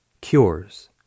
cures